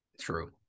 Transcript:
True